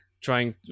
trying